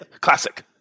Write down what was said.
classic